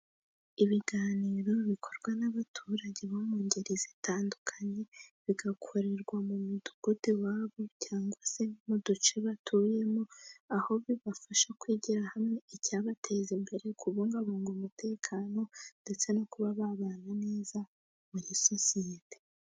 Ibiganiro bikorwa n'abaturage bo mu ngeri zitandukanye . bigakorerwa mu midugudu iwabo cyangwa se mu duce batuyemo, aho bibafasha kwigira hamwe icyabateza imbere, kubungabunga umutekano, ndetse no kuba babana neza muri sosiyete.